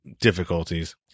difficulties